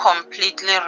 completely